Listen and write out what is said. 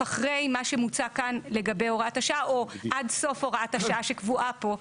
אחרי מה שמוצע כאן לגבי הוראת השעה או עד סוף הוראת השעה שקבועה פה,